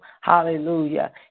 hallelujah